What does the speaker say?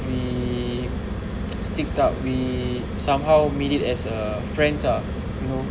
we stick out we somehow made it as a friends ah you know